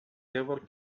ever